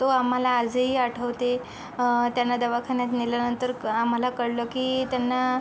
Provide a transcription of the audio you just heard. तो आम्हाला आजही आठवते त्यांना दवाखान्यात नेल्यानंतर क आम्हाला कळलं की त्यांना